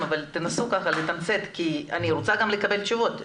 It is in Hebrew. אבל תנסו לתמצת כי אני רוצה לקבל תשובות,